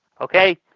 okay